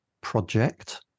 project